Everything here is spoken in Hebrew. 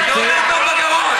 זה טוב לגרון.